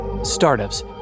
Startups